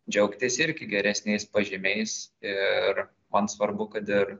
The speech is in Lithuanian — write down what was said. džiaugtis irgi geresniais pažymiais ir man svarbu kad ir